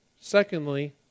Secondly